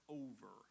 over